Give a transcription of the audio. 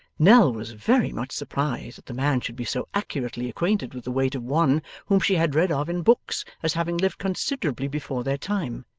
nell was very much surprised that the man should be so accurately acquainted with the weight of one whom she had read of in books as having lived considerably before their time,